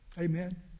Amen